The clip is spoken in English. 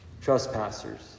trespassers